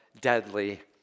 deadly